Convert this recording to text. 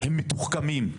הם מתוחכמים.